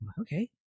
Okay